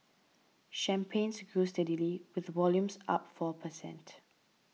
champagnes grew steadily with volumes up four per cent